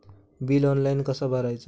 Bill online कसा भरायचा?